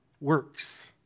works